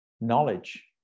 knowledge